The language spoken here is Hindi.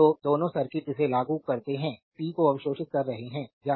तो दोनों सर्किट इसे लागू करते हैं पी को अवशोषित कर रहे हैं या